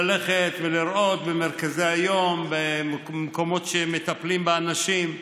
ללכת לראות במרכזי היום, במקומות שמטפלים באנשים,